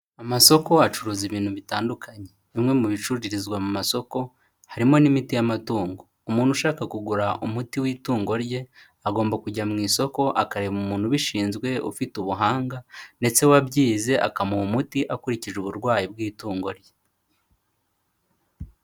Amasoko acuruza ibintu bitandukanye. Bimwe mu bicururizwa mu masoko harimo n'imiti y'amatungo. Umuntu ushaka kugura umuti w'itungo rye, agomba kujya mu isoko akareba umuntu ubishinzwe ufite ubuhanga ndetse wabyize akamuha umuti akurikije uburwayi bw'itungo rye.